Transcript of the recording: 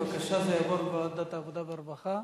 בבקשה, זה יעבור לוועדת העבודה והרווחה.